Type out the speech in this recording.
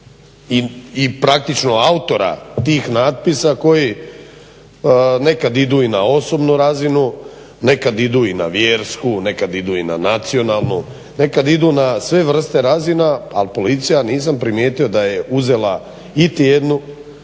i praktično autora tih natpisa koji nekad idu i na osobnu razinu, nekad idu i na vjersku, nekad idu i na nacionalnu, nekad idu na sve vrste razina ali policija ja nisam primijetio da je uzela iti jednu